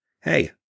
hey